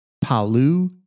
Palu